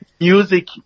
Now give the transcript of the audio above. music